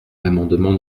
l’amendement